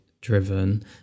driven